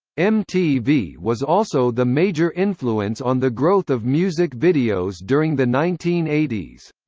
mtv was also the major influence on the growth of music videos during the nineteen eighty